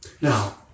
Now